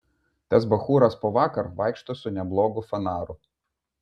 tas bachūras po vakar vaikšto su neblogu fanaru